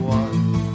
one